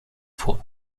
fois